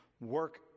Work